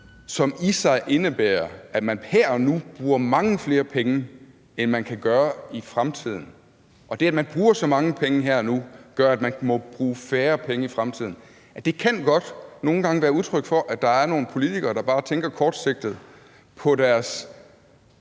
som indebærer, at man her og nu bruger mange flere penge, end man kan gøre i fremtiden. Det, at man bruger så mange penge her og nu, gør, at man må bruge færre penge i fremtiden. Og det kan godt nogle gange være udtryk for, at der er nogle politikere, der bare tænker kortsigtet på deres